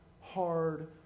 hard